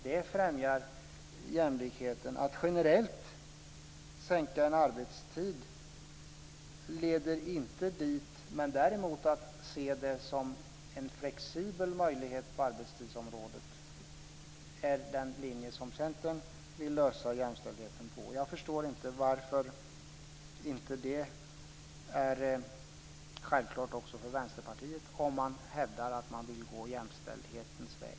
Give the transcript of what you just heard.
Det främjar jämlikheten. Att generellt sänka arbetstiden leder inte dit. Att däremot se en flexibel möjlighet på arbetstidsområdet är den linje som Centern vill lösa jämställdheten med. Jag förstår inte varför detta inte är självklart också för Vänsterpartiet om man hävdar att man vill gå jämställdhetens väg.